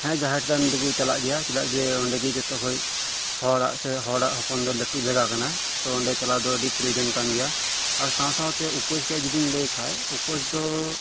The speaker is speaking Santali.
ᱦᱮᱸ ᱡᱟᱦᱮᱨ ᱛᱷᱟᱱ ᱫᱚᱠᱚ ᱪᱟᱞᱟᱜ ᱜᱮᱭᱟ ᱪᱮᱫᱟᱜ ᱡᱮ ᱚᱸᱰᱮ ᱜᱮ ᱡᱷᱚᱛᱚ ᱠᱷᱚᱱ ᱦᱚᱲᱟᱜ ᱥᱮ ᱦᱚᱲᱟᱜ ᱦᱚᱯᱚᱱ ᱫᱚ ᱞᱟᱴᱩ ᱡᱟᱭᱜᱟ ᱠᱟᱱᱟ ᱛᱚ ᱚᱸᱰᱮ ᱪᱟᱞᱟᱣ ᱫᱚ ᱟᱰᱤ ᱯᱨᱚᱭᱳᱡᱚᱱ ᱠᱟᱱ ᱜᱮᱭᱟ ᱟᱨ ᱥᱟᱶ ᱥᱟᱶᱛᱮ ᱩᱯᱟᱹᱥ ᱨᱮᱭᱟᱜ ᱡᱩᱫᱤᱧ ᱞᱟᱹᱭ ᱠᱷᱟᱱ ᱩᱯᱟᱹᱥ ᱫᱚ